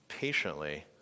patiently